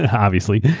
and obviously,